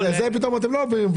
על זה אתם לא מדברים.